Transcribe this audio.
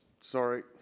sorry